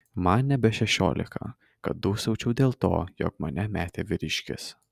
man nebe šešiolika kad dūsaučiau dėl to jog mane metė vyriškis